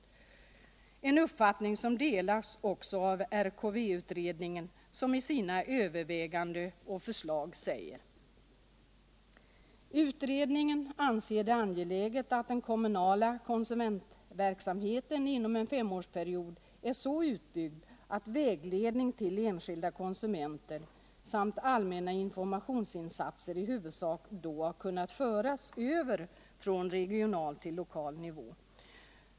Vår uppfattning delas också av RKV-utredningen som i sina överväganden och förslag säger följande: Utredningen anser det angeläget att den kommunala konsumentverksamheten inom en fem-årsperiod är så utbyggd att vägledning till enskilda konsumenter samt allmänna informationsinsatser i huvudsak då har kunnat föras över från regional till lokal nivå.